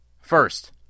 First